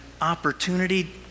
opportunity